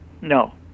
No